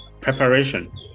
Preparation